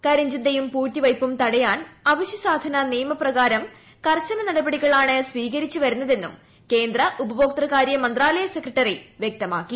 കരിഞ്ചന്തയും പൂഴ്ത്തിവയ്പ്പും തടയാൻ അവശ്യസാധന നിയമ പ്രകാരം കർശന നടപടികളാണ് സ്വീകരിച്ചുവരുന്നതെന്നും കേന്ദ്ര ഉപഭോക്തൃകാര്യമന്ത്രാലയ സെക്രട്ടറി വൃക്തമാക്കി